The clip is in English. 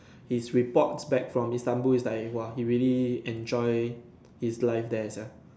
his report back from Istanbul is like !wah! he really enjoy his life there sia